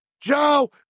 Joe